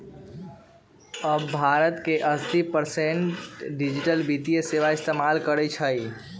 अब भारत के अस्सी प्रतिशत आबादी डिजिटल वित्तीय सेवाएं इस्तेमाल करई छई